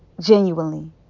genuinely